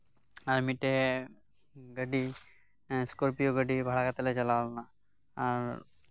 ᱟᱨ ᱢᱤᱫᱴᱮᱱ ᱜᱟᱹᱰᱤ ᱮᱸᱜ ᱮᱥᱠᱳᱨᱯᱤᱭᱳ ᱜᱟᱹᱰᱤ ᱵᱷᱟᱲᱟ ᱠᱟᱛᱮᱫ ᱞᱮ ᱪᱟᱞᱟᱣ ᱞᱮᱱᱟ ᱟᱨ